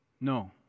No